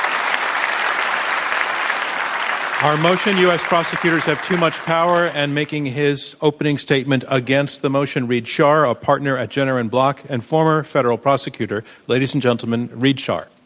our motion u. s. prosecutors have too much power and making his opening statement against the motion, reid schar, a partner at jenner and block and former federal prosecutor. ladies and gentlemen, reid schar.